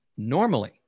Normally